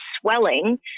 swelling